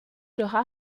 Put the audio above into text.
sera